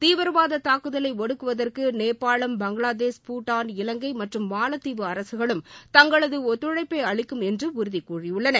தீவிரவாத தூக்குதலை ஒடுக்குவதற்கு நேபாள் பங்களாதேஷ் பூட்டாள் இலங்கை மற்றும் மாலத்தீவு அரசுகளும் தங்களது ஒத்துழைப்பை அளிக்கும் என்று உறுதி கூறியுள்ளன